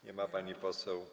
Nie ma pani poseł.